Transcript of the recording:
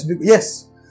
Yes